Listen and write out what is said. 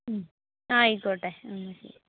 ഹമ് ആയിക്കൊട്ടെ എന്നാൽ ശരി